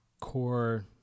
core